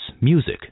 music